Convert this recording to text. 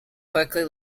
quickly